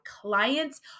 clients